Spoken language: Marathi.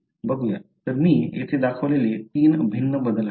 बघूया तर मी येथे दाखवलेले तीन भिन्न बदल आहेत